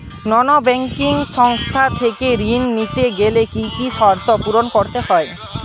নন banking সংস্থা থেকে ঋণ নিতে গেলে কি কি শর্ত পূরণ করতে হয়?